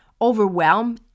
overwhelm